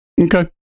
Okay